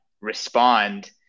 respond